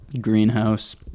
greenhouse